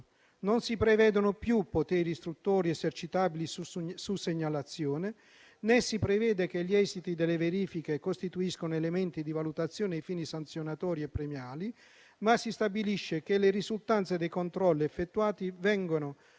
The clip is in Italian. Non si prevedono più poteri istruttori esercitabili su segnalazione né si prevede che gli esiti delle verifiche costituiscano elementi di valutazione ai fini sanzionatori e premiali, ma si stabilisce che le risultanze dei controlli effettuati vengano